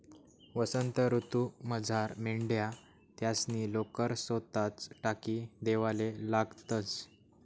वसंत ऋतूमझार मेंढ्या त्यासनी लोकर सोताच टाकी देवाले लागतंस